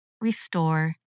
restore